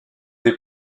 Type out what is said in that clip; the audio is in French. des